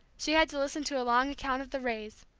she had to listen to a long account of the raise,